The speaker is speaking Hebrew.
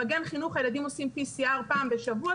במגן חינוך הילדים עושים PCR פעם בשבוע,